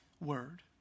word